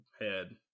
head